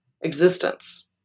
existence